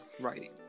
writing